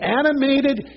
animated